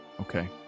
Okay